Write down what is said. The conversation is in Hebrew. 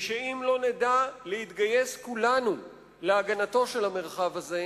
ואם לא נדע להתגייס כולנו להגנת המרחב הזה,